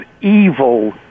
evil